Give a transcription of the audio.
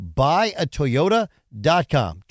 buyatoyota.com